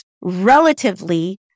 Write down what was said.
relatively